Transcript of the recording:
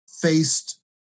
faced